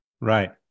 Right